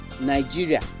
Nigeria